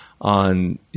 on